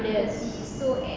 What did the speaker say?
yes